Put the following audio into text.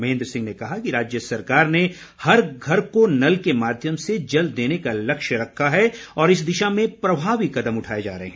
महेंद्र सिंह ने कहा कि राज्य सरकार ने हर घर को नल के माध्यम से जल देने का लक्ष्य रखा है और इस दिशा में प्रभावी कदम उठाए जा रहे हैं